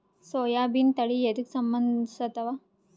ಸೋಯಾಬಿನ ತಳಿ ಎದಕ ಸಂಭಂದಸತ್ತಾವ?